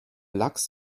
lachs